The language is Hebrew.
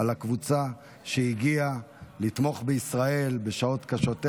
על הקבוצה שהגיעה לתמוך בישראל בשעות קשות אלה.